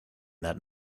that